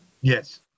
Yes